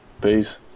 peace